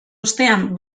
ostean